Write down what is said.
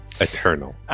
eternal